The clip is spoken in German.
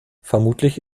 vermutlich